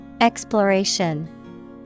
Exploration